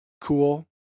cool